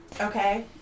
Okay